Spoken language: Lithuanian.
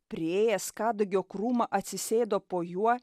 priėjęs kadagio krūmą atsisėdo po juo